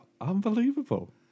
Unbelievable